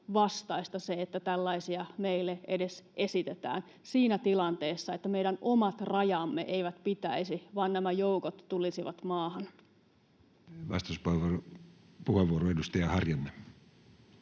vastaista se, että tällaisia meille edes esitetään siinä tilanteessa, että meidän omat rajamme eivät pitäisi, vaan nämä joukot tulisivat maahan. [Speech 52] Speaker: